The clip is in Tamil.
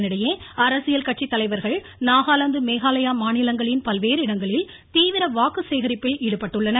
இதனிடையே அரசியல் கட்சி தலைவர்கள் நாகாலாந்து மேகாலயா மாநிலங்களின் பல்வேறு இடங்களில் தீவிர வாக்கு சேகரிப்பில் ஈடுபட்டுள்ளனர்